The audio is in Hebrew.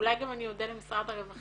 אולי גם אני אודה למשרד הרווחה,